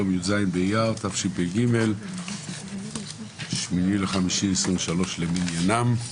היום י"ז באייר התשפ"ג, 8 במאי 2023 למניינם.